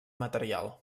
material